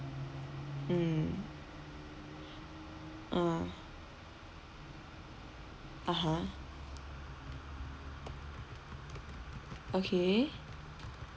mm ah (uh huh) okay